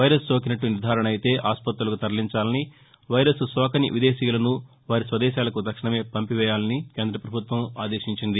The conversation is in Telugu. వైరస్ సోకినట్లు నిర్ధారణ అయితే ఆస్పత్తులకు తరలించాలని వైరస్ సోకని విదేశీయులను వారి స్వదేశాలకు తక్షణమే పంపించేయాలని కేంద్ర పభుత్వం ఆదేశించింది